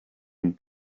and